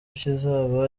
kizaba